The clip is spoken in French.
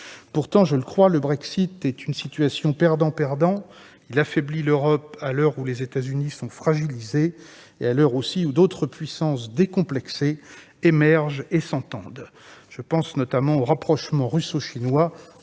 Pourtant, je le crois, le Brexit est une situation perdant-perdant. Il affaiblit l'Europe à l'heure où les États-Unis sont fragilisés et où d'autres puissances décomplexées émergent et s'entendent. Je pense notamment aux rapprochements russo-chinois